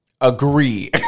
agree